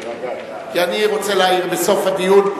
אני רוצה להעיר בסוף הדיון,